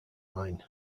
line